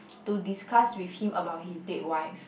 to discuss with him about his dead wife